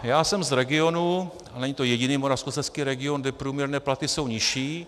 Já jsem z regionu, a není to jediný moravskoslezský region, kde jsou průměrné platy nižší.